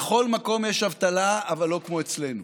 בכל מקום יש אבטלה, אבל לא כמו אצלנו.